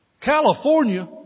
California